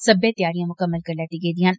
सब्मै तैयारियां मुकम्मल करी लैतियां गेदियां न